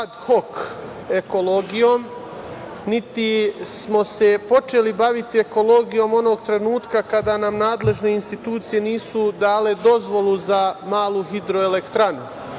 ad hok ekologijom, niti smo se počeli baviti ekologijom onog trenutka kada nam nadležne institucije nisu dale dozvolu za malu hidroelektranu,